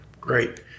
Great